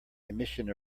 emission